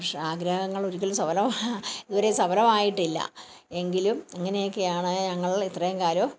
പക്ഷേ ആഗ്രഹങ്ങൾ ഒരിക്കലും സഫലം ഇതുവരെയും സഫലമായിട്ടില്ല എങ്കിലും ഇങ്ങനെയൊക്കെയാണ് ഞങ്ങൾ ഇത്രയും കാലവും